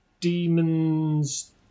Demon's